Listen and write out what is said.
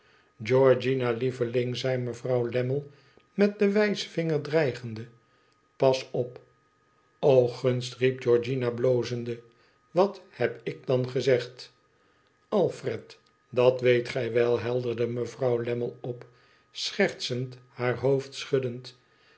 georgiana lievehng zei mevrouw lammie met den wijsvinger dreigende f pas op riep georgiana blozende wat heb ik dan gezegd alfred dat weet gij wel helderde mevrouw lammie op schertsend haar hoofd schuddend